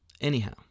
Anyhow